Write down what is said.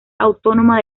autónoma